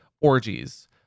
orgies